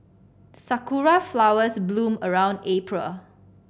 sakura flowers bloom around April